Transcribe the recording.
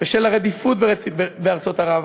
בשל רדיפות בארצות ערב,